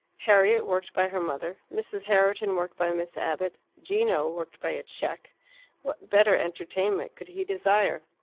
harriet, worked by her mother mrs. herriton, worked by miss abbott gino, worked by a cheque what better entertainment could he desire?